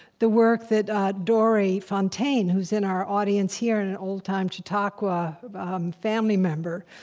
the work that dorrie fontaine, who's in our audience here and an old-time chautauqua family member,